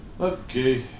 Okay